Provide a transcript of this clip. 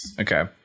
Okay